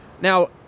Now